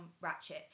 ratchet